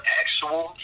actual